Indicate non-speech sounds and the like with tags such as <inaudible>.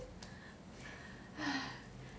<breath>